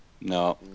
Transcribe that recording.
No